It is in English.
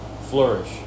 flourish